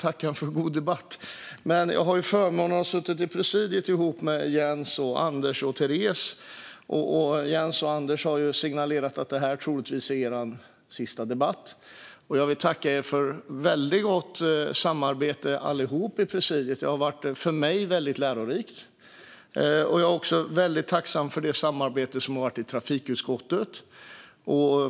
Jag har haft förmånen att sitta i presidiet tillsammans med Jens, Anders och Teres. Jens och Anders har signalerat att det här troligtvis är deras sista debatt. Jag vill tacka er alla i presidiet för väldigt gott samarbete. Det har varit väldigt lärorikt för mig. Jag är också tacksam över samarbetet i trafikutskottet.